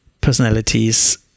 personalities